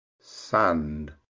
sand